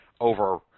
over